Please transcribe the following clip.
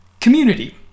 community